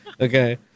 Okay